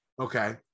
Okay